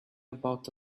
about